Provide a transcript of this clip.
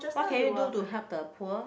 what can you do to help the poor